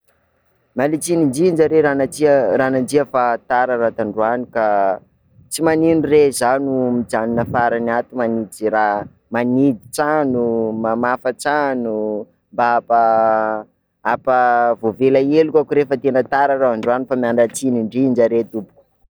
Miala tsiny indrindra re ranandria, ranandria fa tara r'aho tandroany, tsy manino re zaho no mijanona farany ato manidy ze raha, manidy trano mamafa trano mba ampa- ampavoavela helokako re fa tena tara rô androany fa miala tsiny indrindra re tompoko.